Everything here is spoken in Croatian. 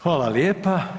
Hvala lijepa.